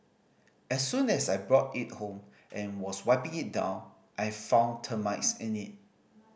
as soon as I brought it home and was wiping it down I found termites in it